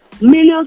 millions